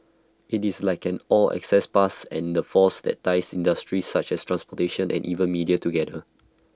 IT is like an 'all access pass' and the force that ties industries such as transportation and even media together